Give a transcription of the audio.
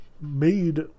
made